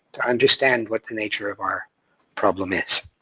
to understand what the nature of our problem is.